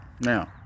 now